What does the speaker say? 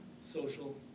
social